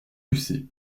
lucé